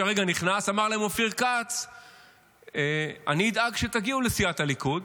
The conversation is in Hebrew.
שהרגע נכנס: אני אדאג שתגיעו לסיעת הליכוד,